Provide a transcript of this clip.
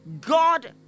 God